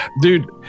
Dude